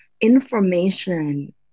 information